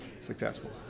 successful